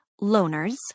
loners